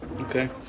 Okay